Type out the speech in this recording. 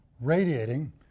radiating